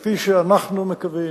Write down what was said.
כפי שאנחנו מקווים,